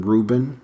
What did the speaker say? Ruben